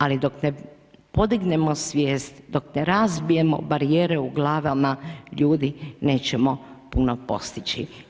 Ali, dok ne podignemo svijest, dok ne razbijemo barijere u glava ljudi nećemo puno postići.